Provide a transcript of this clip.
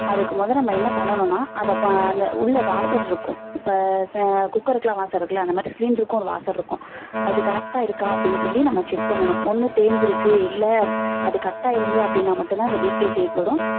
அதுக்கு மொதல் நம்ம என்ன பண்ணணும்னா அதை அந்த உள்ள வாசர் இருக்கும் இப்போ ச குக்கருக்கெலாம் வாசர் இருக்குதுல்ல அது மாதிரி சிலிண்டருக்கும் ஒரு வாசர் இருக்கும் அது கரெக்டாக இருக்கா அப்படின்னு சொல்லி நம்ம செக் பண்ணணும் ஒன்று தேய்ஞ்சிருக்கு இல்லை அது கட் ஆயிருந்தது அப்படின்னா மட்டும்தான் அது லீக்கேஜ் ஏற்படும்